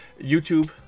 youtube